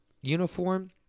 uniform